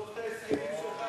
תחשוף את ההסכמים שלך.